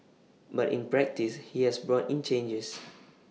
but in practice he has brought in changes